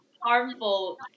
Harmful